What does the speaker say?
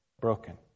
broken